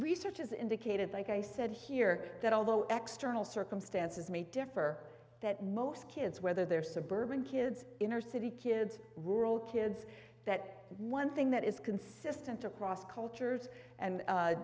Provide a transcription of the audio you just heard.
research has indicated like i said here that although extra all circumstances may differ that most kids whether they're suburban kids inner city kids rural kids that one thing that is consistent across cultures and